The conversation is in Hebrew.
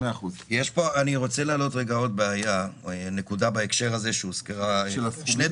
אני רוצה להעלות שני דברים שהוזכרו.